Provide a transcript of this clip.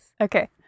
Okay